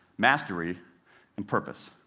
mastery and purpose.